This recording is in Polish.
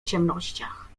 ciemnościach